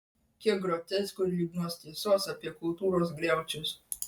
kiek grotesko ir liūdnos tiesos apie kultūros griaučius